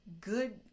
good